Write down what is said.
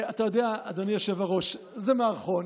אתה יודע, אדוני היושב-ראש, זה מערכון,